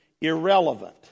irrelevant